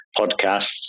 podcasts